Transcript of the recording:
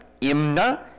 Imna